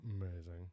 amazing